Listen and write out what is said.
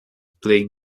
playing